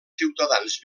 ciutadans